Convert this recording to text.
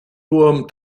wurm